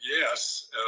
yes